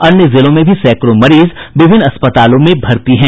अन्य जिलों में भी सैंकड़ों मरीज विभिन्न अस्पतालों में भर्ती हैं